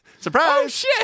Surprise